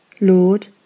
Lord